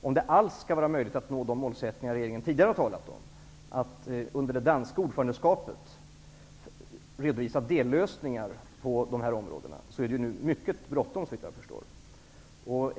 Om det alls skall vara möjligt att nå de målsättningar regeringen tidigare har talat om, att under det danska ordförandeskapet redovisa dellösningar på dessa områden, är det nu mycket bråttom såvitt jag förstår.